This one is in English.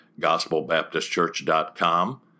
gospelbaptistchurch.com